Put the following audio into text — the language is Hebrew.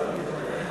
לדיון